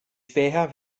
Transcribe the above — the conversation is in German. späher